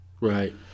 right